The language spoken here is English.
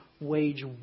wage